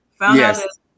Yes